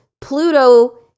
Pluto